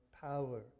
power